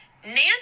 Nancy